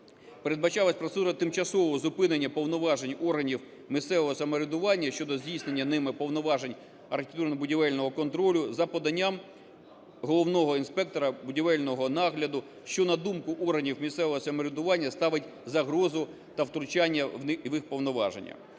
передбачалася процедура тимчасового зупинення повноважень органів місцевого самоврядування щодо здійснення ними повноважень архітектурно-будівельного контролю за поданням головного інспектора будівельного нагляду, що, на думку органів місцевого самоврядування, ставить загрозу та втручання в їх повноваження.